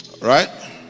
right